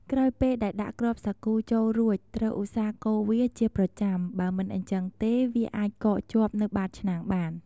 ក្រោយពេលដែលដាក់គ្រាប់សាគូចូលរួចត្រូវឧស្សាហ៍កូរវាជាប្រចាំ បើមិនអ៊ីចឹងទេវាអាចកកជាប់នៅបាតឆ្នាំងបាន។